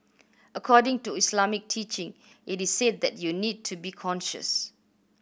according to Islamic teaching it is said that you need to be conscious